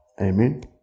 Amen